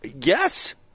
Yes